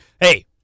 hey